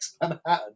Manhattan